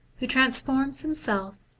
who transforms himself,